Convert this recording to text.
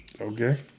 Okay